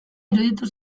iruditu